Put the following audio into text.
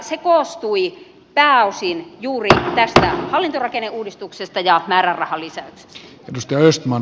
se koostui pääosin juuri tästä hallintorakenneuudistuksesta ja määrärahalisäyksestä